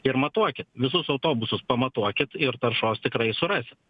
ir matuokit visus autobusus pamatuokit ir taršos tikrai surasit